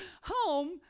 home